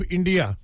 India